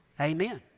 amen